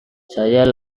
saya